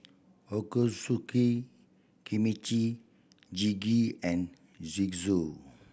Ochazuke Kimchi Jjigae and Gyoza